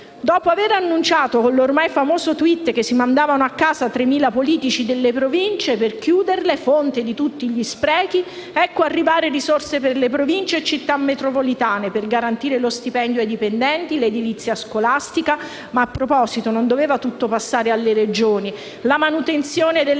Dopo aver annunciato, con l'ormai famoso *tweet*, che si mandavano a casa 3.000 politici delle Province, asserita fonte di tutti gli sprechi, per chiuderle ecco arrivare risorse per le Province e Città metropolitane per garantire lo stipendio ai dipendenti, l'edilizia scolastica (ma, a proposito, non doveva passare tutto alle Regioni?), la manutenzione delle